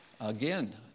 Again